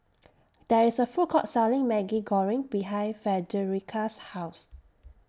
There IS A Food Court Selling Maggi Goreng behind Frederica's House